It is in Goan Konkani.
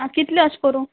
आं कितले अशे करूं